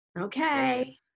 Okay